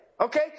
Okay